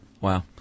Wow